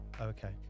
okay